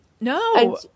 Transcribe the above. no